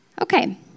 Okay